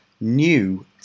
new